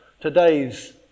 today's